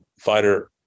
fighter